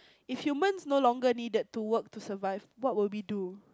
if humans no longer needed to work to survive what would we do